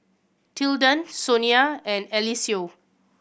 Tilden Sonia and Eliseo